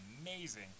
amazing